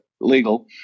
legal